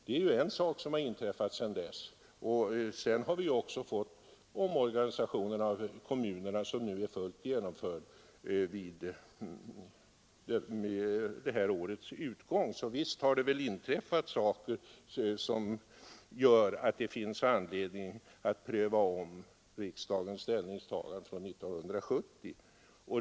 Det är ju en sak som har inträffat sedan 1970, och dessutom har vi fått en kommunindelningsreform som är fullt genomförd vid det här årets utgång. Så visst har det hänt saker som gör att det finns anledning att pröva om riksdagens ställningstagande från 1970.